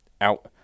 out